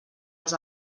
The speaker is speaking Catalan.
els